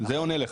זה עונה לך.